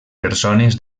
persones